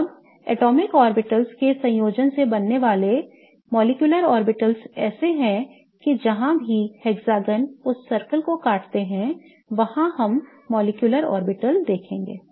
अब atomic orbitals के संयोजन से बनने वाले आणविक कक्षाएँ ऐसी हैं कि जहाँ भी षट्भुज उस सर्कल को काटते हैं वहां हम आणविक ऑर्बिटल्स को देखेंगे